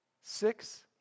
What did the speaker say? Six